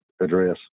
address